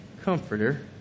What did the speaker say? comforter